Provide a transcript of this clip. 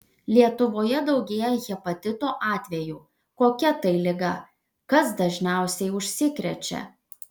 lietuvoje daugėja hepatito atvejų kokia tai liga kas dažniausiai užsikrečia